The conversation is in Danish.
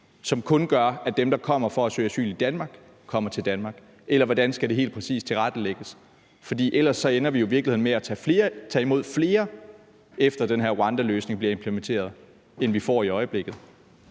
som kun gør, at dem, der kommer for at søge asyl i Danmark, kommer til Danmark, eller hvordan skal det helt præcis tilrettelæggelses? For ellers ender vi i virkeligheden med at tage imod flere, efter den her rwandaløsning bliver implementeret, end vi får i øjeblikket.